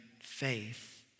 faith